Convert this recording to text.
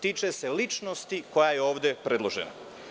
Tiče se ličnosti koja je ovde predložena.